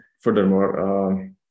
furthermore